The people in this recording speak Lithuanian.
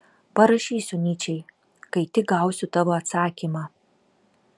parašysiu nyčei kai tik gausiu tavo atsakymą